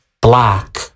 black